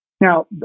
Now